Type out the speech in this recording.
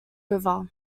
river